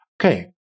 Okay